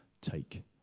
take